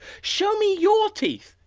show me your teeth.